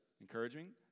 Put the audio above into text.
encouraging